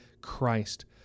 Christ